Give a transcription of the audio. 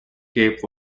cape